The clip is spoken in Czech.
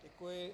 Děkuji.